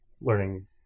learning